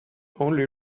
only